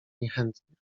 niechętnie